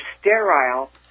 sterile